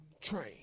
train